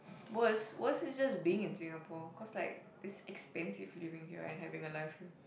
worst worst is just being in Singapore cause like it's expensive living here and having a life here